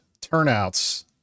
turnouts